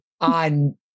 on